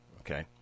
okay